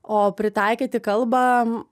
o pritaikyti kalbą